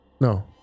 No